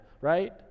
right